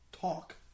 talk